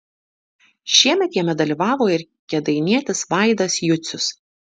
šiemet jame dalyvavo ir kėdainietis vaidas jucius